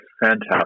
fantastic